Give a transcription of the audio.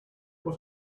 what